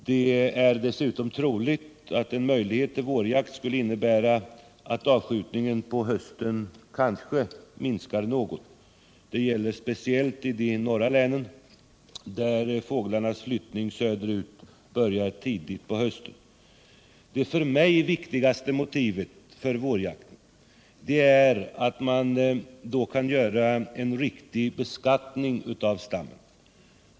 Det är dessutom troligt att en möjlighet till vårjakt innebär att avskjutningen på hösten minskar något. Det gäller specieilt i de norra länen, där fåglarnas flyttning söderut börjar tidigt på hösten. Det för mig viktigaste motivet för vårjakt är att man då kan göra en riktig beskattning av ejderstammen.